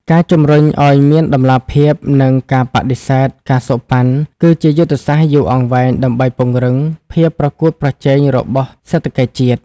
ការជម្រុញឱ្យមានតម្លាភាព និងការបដិសេធ ការសូកប៉ាន់ គឺជាយុទ្ធសាស្ត្រយូរអង្វែងដើម្បីពង្រឹងភាពប្រកួតប្រជែងរបស់សេដ្ឋកិច្ចជាតិ។